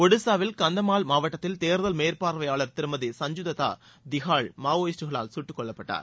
ஒடிஷாவில் கந்தமால் மாவட்டத்தில் தேர்தல் மேற்பார்வையாளர் திருமதி சஞ்சுத்தா திகால் மாவோயிஸ்ட்களால் சுட்டுக்கொல்லப்பட்டார்